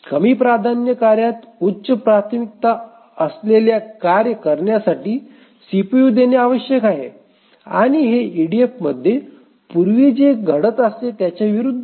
कमी प्राधान्य कार्यात उच्च प्राथमिकता असलेल्या कार्ये करण्यासाठी सीपीयू देणे आवश्यक आहे आणि हे ईडीएफमध्ये पूर्वी जे घडत असे त्याच्या विरुद्ध आहे